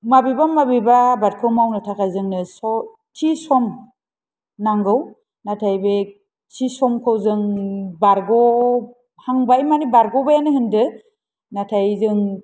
माबेबा माबेबा आबादखौ मावनो थाखाय जोंनो स थि सम नांगौ नाथाय बे सिसंख' जों बारग'हांबाय माने बारग'बायानो होन्दो नाथाय जों